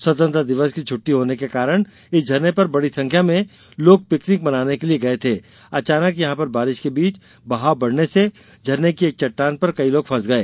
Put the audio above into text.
स्वतंत्रता दिवस की छुट्टी होने के कारण इस झरने पर बड़ी संख्या में लोग पिकनिक मनाने के लिए गए थे अचानक यहां पर बारिश के बीच बहाव बढ़ने से झरने की एक चट्टान पर कई लोग फंस गए